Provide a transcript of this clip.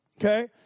Okay